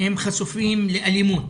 הם חשופים לאלימות,